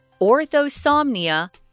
orthosomnia